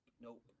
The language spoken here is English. Nope